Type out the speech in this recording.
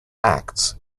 acts